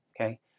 okay